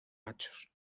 machos